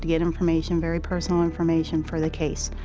get information very personal information for the case,